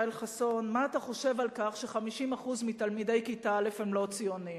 מה אתה חושב על כך ש-50% מתלמידי כיתה א' הם לא ציונים.